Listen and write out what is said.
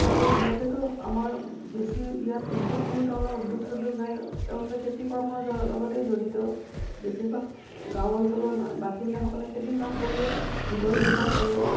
কাৰণ ইয়াতেতো আমাৰ বেছি ইয়াত উদ্যোগ কোনো ধৰণৰ উদ্যোগ চোদ্যোগ নাই তেওঁলোকে খেতিকৰ্মৰ যাৰ লগতেই জড়িত বেছিভাগ গাঁও অঞ্চলৰ বাসিন্দাসকলে খেতি কাম কৰিয়ে জীৱন নিৰ্বাহ কৰে